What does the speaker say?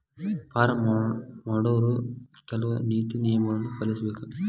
farm ಮಾಡೊವ್ರು ಕೆಲ್ವ ನೇತಿ ನಿಯಮಗಳನ್ನು ಪಾಲಿಸಬೇಕ